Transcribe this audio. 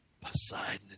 Poseidon